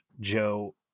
Joe